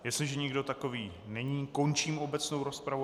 Jestliže nikdo takový není, končím obecnou rozpravu.